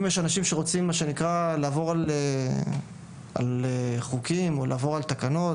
אם יש אנשים שרוצים לעבור על חוקים או לעבור על תקנות,